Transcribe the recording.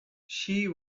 she